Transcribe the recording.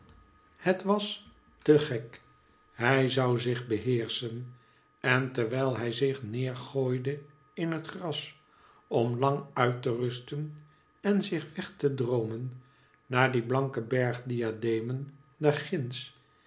het was te gek hij zou zich beheerschen en terwijl hij zich neergooide in het gras om lang-uit te rusten en zich weg te droomen naar die